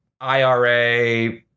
IRA